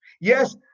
yes